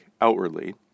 outwardly